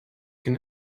can